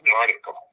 article